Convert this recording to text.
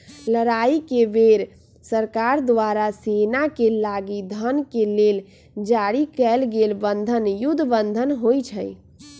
लड़ाई के बेर सरकार द्वारा सेनाके लागी धन के लेल जारी कएल गेल बन्धन युद्ध बन्धन होइ छइ